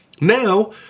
now